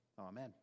Amen